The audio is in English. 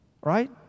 Right